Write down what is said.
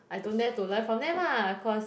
I don't dare to learn from them lah cause